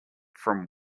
from